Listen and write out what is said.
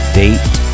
date